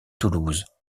toulouse